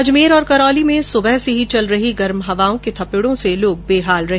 अजमेर और करौली में भी सुबह से चल रही गर्म हवाओं के थपेड़ों से लोग बेहाल रहे